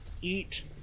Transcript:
eat